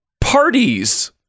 Parties